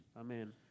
Amen